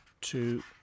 two